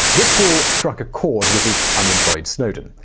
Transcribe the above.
this call struck a chord with the unemployed snowden.